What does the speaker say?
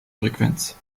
frequenz